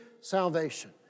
salvation